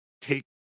take